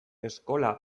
eskola